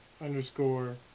Underscore